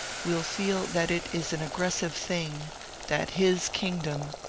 will feel that it is an aggres sive thing that his kingdom,